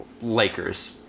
Lakers